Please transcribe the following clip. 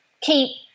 keep